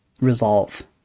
resolve